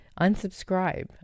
unsubscribe